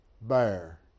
bear